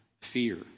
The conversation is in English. fear